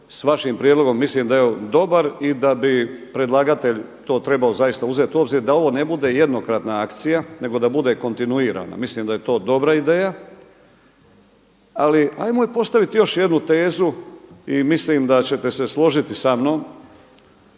sa vašim prijedlogom, mislim da je on dobar i da bi predlagatelj to trebao zaista uzeti u obzir da ovo ne bude jednokratna akcija, nego da bude kontinuirana. Mislim da je to dobra ideja. Ali hajmo postaviti još jednu tezu i mislim da ćete se složiti sa mnom.